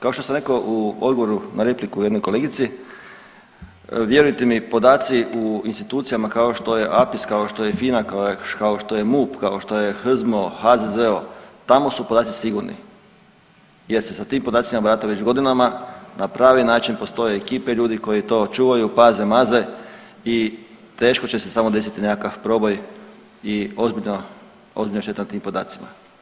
Kao što sam rekao u odgovoru na repliku jednoj kolegici, vjerujte mi, podaci u institucijama kao što je APIS, kao što je FINA, kao što je MUP, kao što je HZMO, HZZO, tamo su podaci sigurni jer se sa tim podacima barata već godinama, na pravi način, postoje ekipe ljudi koji to čuvaju, paze, maze i teško će se samo desiti nekakav proboj i ozbiljna šteta tim podacima.